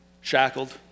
shackled